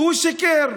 והוא שיקר.